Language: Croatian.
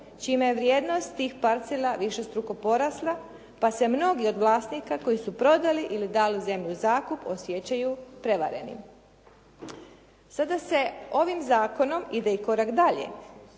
čime je vrijednost tih parcela višestruko porasla, pa se mnogi od vlasnika koji su prodali ili dali zemlju u zakup osjećaju prevareni. Sada se ovim zakonom ide i korak dalje.